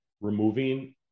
removing